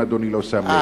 אם אדוני לא שם לב.